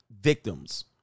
victims